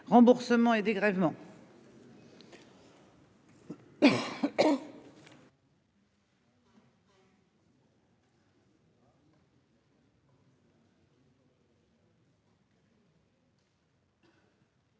remboursements et dégrèvements.